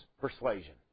persuasion